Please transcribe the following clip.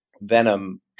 venom